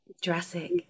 Jurassic